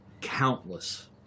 countless